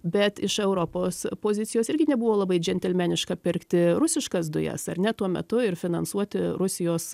bet iš europos pozicijos irgi nebuvo labai džentelmeniška pirkti rusiškas dujas ar ne tuo metu ir finansuoti rusijos